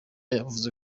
yavuze